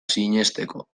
sinesteko